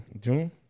June